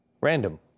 Random